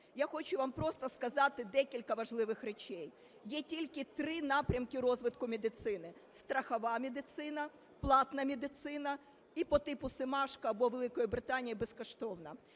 Я хочу вам просто сказати декілька важливих речей. Є тільки три напрямки розвитку медицини: страхова медицина, платна медицина і по типу Семашка або Великої Британії безкоштовна.